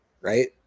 right